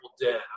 Dead